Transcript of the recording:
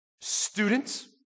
students